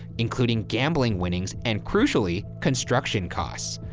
including gambling winnings and, crucially, construction costs.